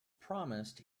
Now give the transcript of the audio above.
promised